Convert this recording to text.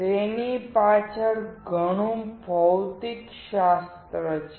તેની પાછળ ઘણું ભૌતિકશાસ્ત્ર છે